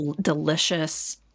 delicious